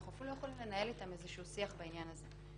אנחנו אפילו לא יכולים לנהל איתם איזשהו שיח בעניין הזה.